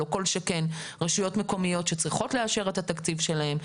לא כל שכן רשויות מקומיות שצריכות לאשר את התקציב שלהן,